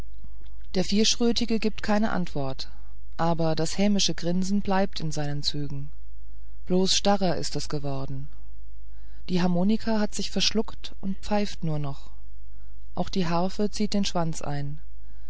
der vierschrötige gibt keine antwort aber das hämische grinsen bleibt in seinen zügen bloß starrer ist es geworden die harmonika hat sich verschluckt und pfeift nur noch auch die harfe zieht den schwanz ein